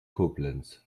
koblenz